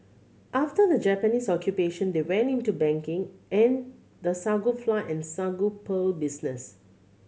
after the Japanese Occupation they went into banking and the sago flour and sago pearl business